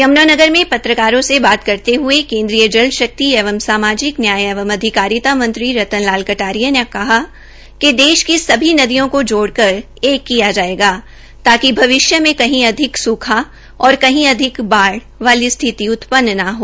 यम्नानगर में पत्रकारों से बात करते हये केन्द्रीय जल शक्ति एवं सामाजिक न्याय एवं अधिकारिता मंत्री रतन लाल कटारिया ने कहा कि देश की सभी नदियों को जोड़कर एक किया जायेगा ताकि भविष्य में कहीं अधिक सुखा और कही अधिक बाढ़ वाली स्थिति उत्पन्न न हो